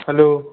hello